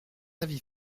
avis